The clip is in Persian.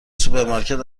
سوپرمارکت